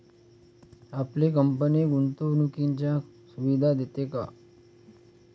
आपली कंपनी गुंतवणुकीच्या सुविधा देते का?